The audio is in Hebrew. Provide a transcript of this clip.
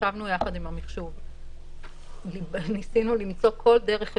ישבנו יחד עם המחשוב, ניסינו למצוא כל דרך אפשרית,